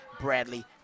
Bradley